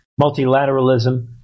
multilateralism